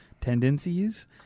tendencies